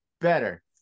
better